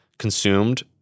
consumed